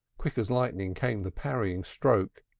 quick as lightning came the parrying stroke.